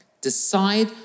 Decide